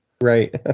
right